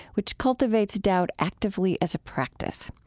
which cultivates doubt actively as a practice.